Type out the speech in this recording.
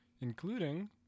including